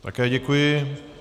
Také děkuji.